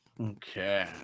Okay